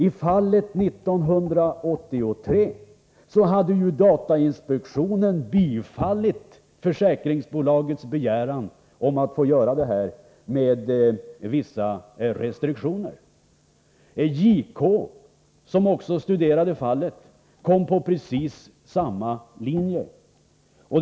I fallet 1983 hade datainspektionen medgivit försäkringsbolagets begäran, med vissa restriktioner. JK, som också studerade fallet, intog precis samma ståndpunkt.